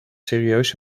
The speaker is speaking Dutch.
serieus